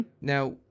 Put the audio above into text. now